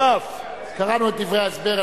קראנו את דברי ההסבר,